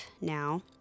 now